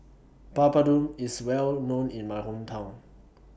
Papadum IS Well known in My Hometown